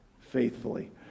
faithfully